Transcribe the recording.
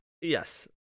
Yes